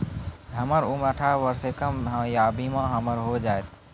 हमर उम्र अठारह वर्ष से कम या बीमा हमर हो जायत?